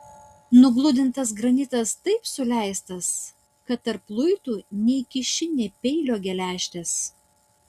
nugludintas granitas taip suleistas kad tarp luitų neįkiši nė peilio geležtės